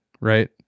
right